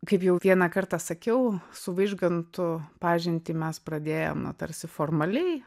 kaip jau vieną kartą sakiau su vaižgantu pažintį mes pradėjom na tarsi formaliai